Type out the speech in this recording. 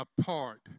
apart